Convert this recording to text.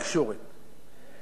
לכן לא צריכים להלין,